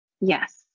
Yes